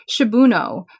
Shibuno